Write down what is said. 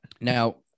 Now